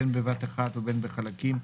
בין בבת אחת ובין בחלקים,